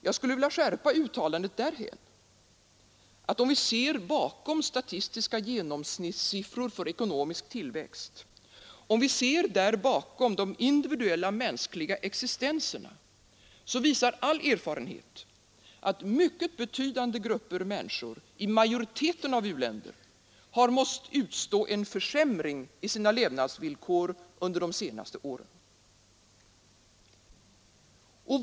Jag skulle vilja skärpa uttalandet därhän, att om vi ser bakom statistiska genomsnittssiffror för ekonomisk tillväxt, ser därbakom de individuella mänskliga existenserna, visar all erfarenhet att mycket betydande grupper människor i majoriteten u-länder har måst utstå en försämring i sina levnadsvillkor under de senaste åren.